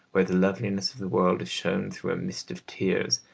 where the loveliness of the world is shown through a mist of tears,